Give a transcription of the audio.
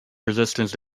resistance